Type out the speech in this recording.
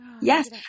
Yes